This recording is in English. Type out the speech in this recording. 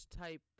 type